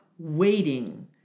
waiting